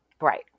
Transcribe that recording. Right